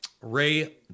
Ray